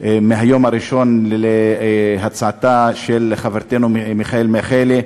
מהיום הראשון להצעתה של חברתנו מרב מיכאלי,